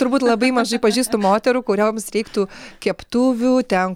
turbūt labai mažai pažįstu moterų kurioms reiktų keptuvių ten